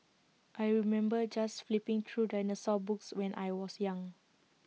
I remember just flipping through dinosaur books when I was young